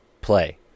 play